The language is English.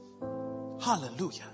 Hallelujah